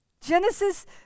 Genesis